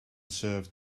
serve